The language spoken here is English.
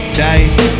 dice